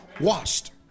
washed